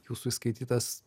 jūsų įskaitytas